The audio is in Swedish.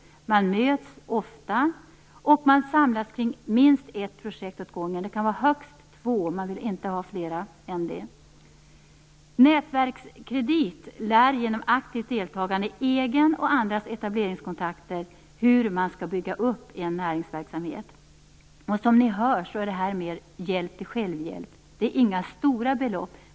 Man möts ofta, och man samlas kring minst ett projekt åt gången. Det kan vara högst två, man vill inte ha fler. Nätverkskredit lär genom aktivt deltagande i egna och andras etableringskontakter hur man skall bygga upp en näringsverksamhet. Som ni hör är detta mer hjälp till självhjälp. Det är inga stora belopp.